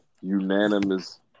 unanimous